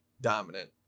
dominant